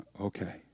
Okay